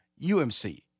UMC